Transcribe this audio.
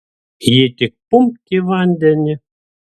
ji tik pumpt į vandenį